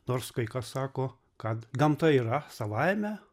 nors kai kas sako kad gamta yra savaime